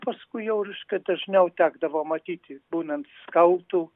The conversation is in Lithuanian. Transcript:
paskui jau reiškia dažniau tekdavo matyti būnant skautu